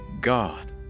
God